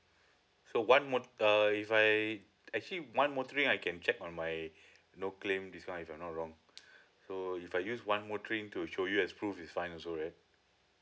so one mot~ uh if I actually one motoring I can check on my no claim discount if I'm not wrong so if I use one motoring to show you as proof is fine also right